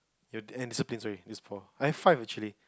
your and discipline sorry it's four I five actually